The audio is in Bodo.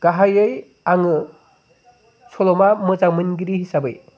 गाहायै आङो सल'मा मोजां मोनगिरि हिसाबै